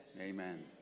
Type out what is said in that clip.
Amen